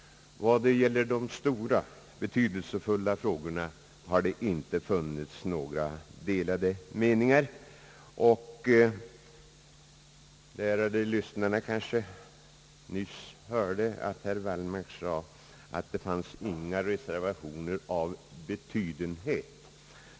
Vad det gäller de stora, betydelsefulla frågorna har det inte funnits några delade meningar. De ärade lyssnarna kanske nyss hörde herr Wallmark säga att det inte finns några reservationer av betydenhet.